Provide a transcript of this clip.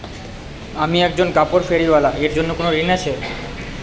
আমি একজন কাপড় ফেরীওয়ালা এর জন্য কোনো ঋণ আছে?